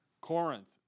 Corinth